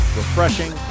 refreshing